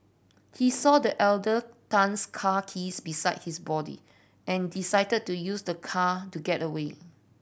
he saw the elder Tan's car keys beside his body and decided to use the car to get away